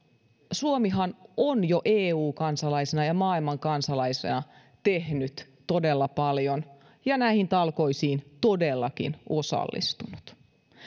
suomihan on jo eu kansana ja maailman kansana tehnyt todella paljon ja näihin talkoisiin todellakin osallistunut